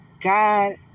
God